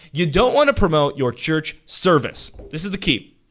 you don't want to promote your church service. this is the key.